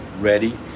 ready